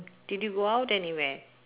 did you go out anywhere